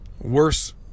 Worse